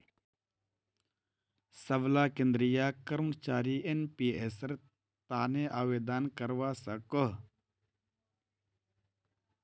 सबला केंद्रीय कर्मचारी एनपीएसेर तने आवेदन करवा सकोह